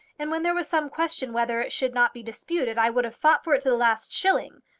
and when there was some question whether it should not be disputed i would have fought for it to the last shilling.